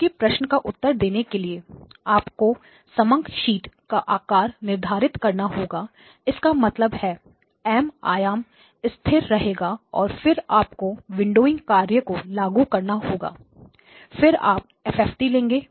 आपके प्रश्न का उत्तर देने के लिए आपको समंक शीट का आकार निर्धारित करना होगा इसका मतलब है M आयाम स्थिर रहेगा और फिर आपको विंडोइंग कार्य को लागू करना होगा फिर आप FFT लेंगे